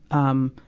um,